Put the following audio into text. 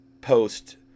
post